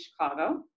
Chicago